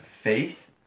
faith